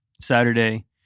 Saturday